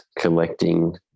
collecting